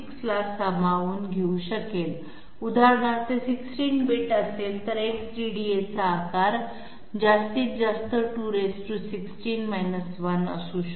ला सामावून घेऊ शकेल उदाहरणार्थ 16 बिट असेल तर x DDA चा आकार जास्तीत जास्त 216 1 असू शकतो